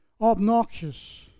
obnoxious